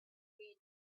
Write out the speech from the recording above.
read